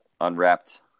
unwrapped